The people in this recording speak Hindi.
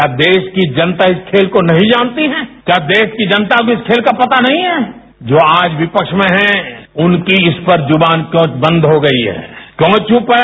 क्या देश की जनता इस खेल को नहीं जानती हैं क्या देश की जनता को इस खेल का पता नहीं है जो आज विपक्ष में हैं उनकी इस पर जुबान क्यों बंद हो गई है क्यों चुप है